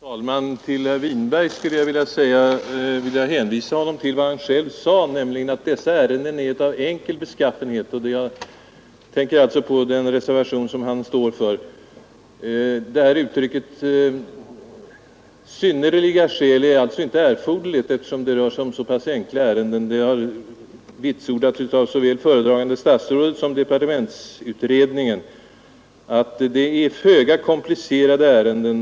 Herr talman! Jag vill som replik till herr Winberg hänvisa honom till vad han själv nyss sade, nämligen att permutationsärenden vanligen är av enkel beskaffenhet. Jag tänker därvid på den reservation som han står för. Uttrycket ”synnerliga skäl” är alltså inte erforderligt, eftersom det rör sig om så pass enkla ärenden. Detta har vitsordats av såväl föredragande statsrådet som departementsutredningen. Det rör sig om föga komplicerade ärenden.